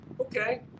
okay